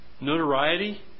notoriety